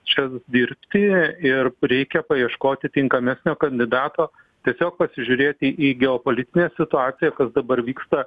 čia dirbti ir reikia paieškoti tinkamesnio kandidato tiesiog pasižiūrėti į geopolitinę situaciją kas dabar vyksta